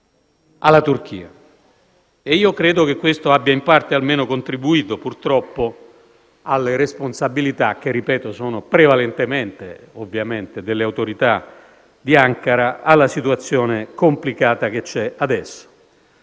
alla Turchia. Credo che questo abbia, almeno in parte, contribuito, purtroppo, alle responsabilità che - ripeto - sono prevalentemente, ovviamente, delle autorità di Ankara in merito alla situazione complicata che c'è adesso.